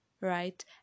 right